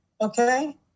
okay